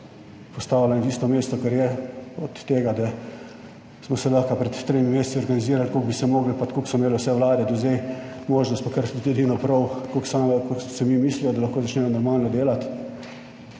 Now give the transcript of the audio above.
Postavlja na isto mesto, kar je od tega, da smo se lahko pred tremi meseci organizirali, koliko bi se mogli, pa tako kot so imele vse vlade do zdaj možnost, pa kar edino prav, koliko same, ko se mi mislijo, da lahko začnejo normalno delati,